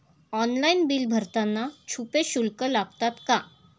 Online bill भरताना छुपे शुल्क लागतात का?